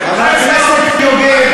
חבר הכנסת יוגב.